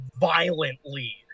violently